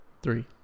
Three